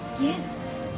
Yes